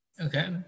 Okay